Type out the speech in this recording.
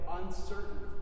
uncertain